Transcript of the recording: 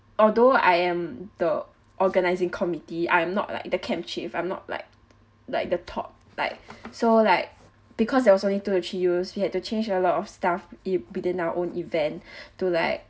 although I am the organising committee I am not like the camp chief I'm not like like the top like so like because there was only two or three youths he had to change a lot of stuff it within our own event to like